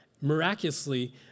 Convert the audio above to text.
miraculously